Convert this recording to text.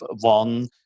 one